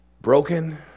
broken